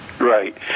Right